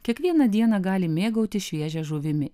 kiekvieną dieną gali mėgautis šviežia žuvimi